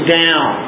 down